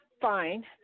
fine